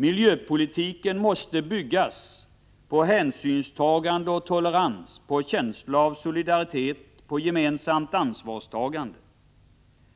Miljöpolitiken måste byggas på hänsynstagande och tolerans, på känslan av solidaritet, på gemensamt ansvarstagande.